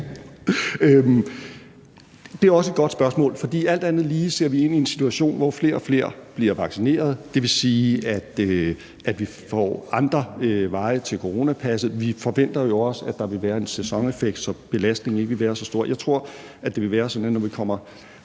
Det er også et godt spørgsmål, for alt andet lige ser vi ind i en situation, hvor flere og flere bliver vaccineret. Det vil sige, at vi får andre veje til coronapasset. Vi forventer jo også, at der vil være en sæsoneffekt, så belastningen ikke vil være så stor. Vi skal skalere ned på det